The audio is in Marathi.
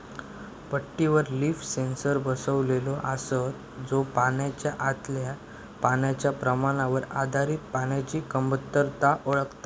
पट्टीवर लीफ सेन्सर बसवलेलो असता, जो पानाच्या आतल्या पाण्याच्या प्रमाणावर आधारित पाण्याची कमतरता ओळखता